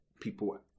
people